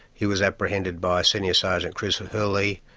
he was apprehended by senior sergeant chris hurley,